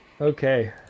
Okay